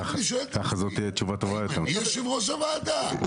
אני שואל תמיד, אני יושב-ראש הוועדה.